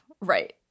Right